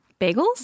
Bagels